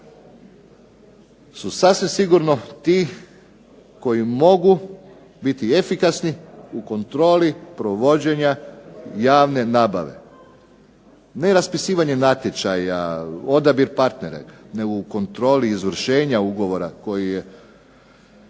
su sasvim sigurno ti koji mogu biti efikasni u kontroli provođenja javne nabave. Ne raspisivanjem natječaja, odabir partnera nego u kontroli izvršenja ugovora koji je